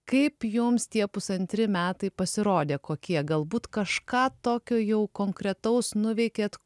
kaip jums tie pusantri metai pasirodė kokie galbūt kažką tokio jau konkretaus nuveikėt